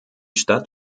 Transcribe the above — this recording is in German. stadt